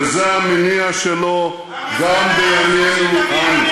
וזה המניע שלו גם בימינו אנו.